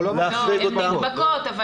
לא אמרתי שהן לא נדבקות.